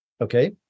okay